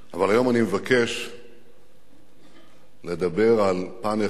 אבל היום אני מבקש לדבר על פן אחד,